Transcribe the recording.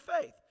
faith